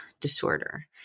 disorder